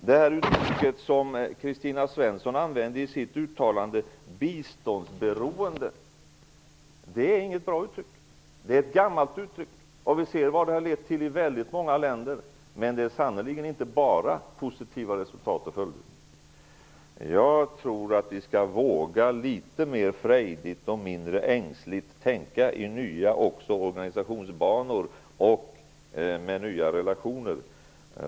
Det uttryck som Kristina Svensson använde i sitt uttalande, ''biståndsberoende'', är inte något bra uttryck. Det är ett gammalt uttryck. Vi ser vad det har lett till i väldigt många länder. Det är sannerligen inte bara positiva resultat och följder. Jag tror att vi skall våga att litet mer frejdigt och mindre ängsligt tänka i nya banor också vad gäller organisationen och nya relationer.